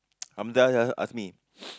Hamzah just ask me